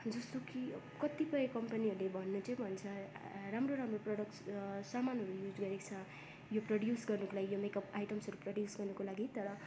जस्तो कि कतिपय कम्पनीहरूले भन्नु चाहिँ भन्छ राम्रो राम्रो प्रडक्ट्स सामानहरू युज गरेको छ यो प्रोड्युस गर्नुको लागि यो मेकअप आइटम्सहरू प्रोट्युस गर्नुको लागि तर